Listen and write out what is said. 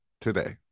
today